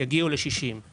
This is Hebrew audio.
שיגיעו ל-60,000 ₪.